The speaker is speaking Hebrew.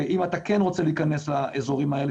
ואם אתה כן רוצה להיכנס לאזורים האלה,